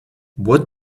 what